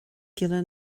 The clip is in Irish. gile